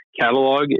catalog